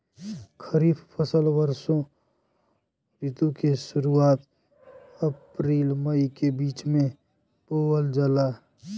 खरीफ फसल वषोॅ ऋतु के शुरुआत, अपृल मई के बीच में बोवल जाला